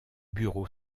bureau